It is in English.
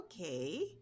okay